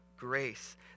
Grace